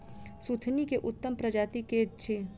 सुथनी केँ उत्तम प्रजाति केँ अछि?